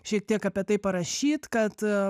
šiek tiek apie tai parašyt kad